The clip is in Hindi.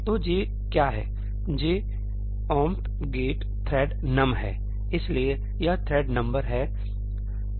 तो j क्या है j 'omp get thread num' है इसलिए यह थ्रेड नंबर है